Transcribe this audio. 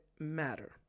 Matter